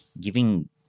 giving